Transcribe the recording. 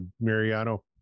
Mariano